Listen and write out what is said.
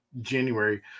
January